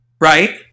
right